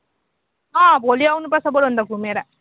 अँ भोलि आउनुपर्छ बरूभन्दा घुमेर